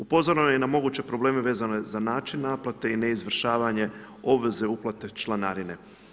Upozoreno je i na moguće probleme vezane za način naplate i neizvršavanje obveze uplate članarine.